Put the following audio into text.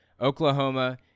Oklahoma